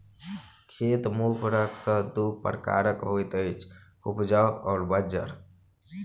खेत मुख्य रूप सॅ दू प्रकारक होइत अछि, उपजाउ आ बंजर